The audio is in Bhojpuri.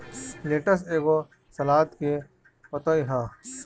लेट्स एगो सलाद के पतइ ह